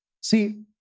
See